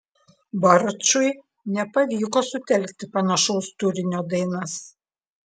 barčui nepavyko sutelkti panašaus turinio dainas